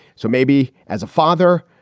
so maybe as a father,